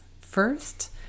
first